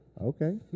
Okay